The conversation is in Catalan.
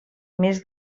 més